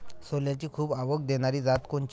सोल्याची खूप आवक देनारी जात कोनची?